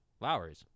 Lowry's